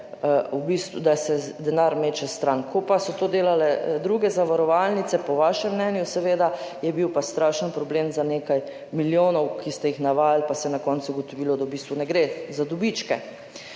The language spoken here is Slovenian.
da se denar meče stran. Ko pa so to delale druge zavarovalnice, po vašem mnenju, seveda, je bil pa strašen problem za nekaj milijonov, ki ste jih navajali, pa se je na koncu ugotovilo, da v bistvu ne gre za dobičke.